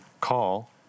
call